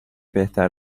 بهتر